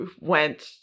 went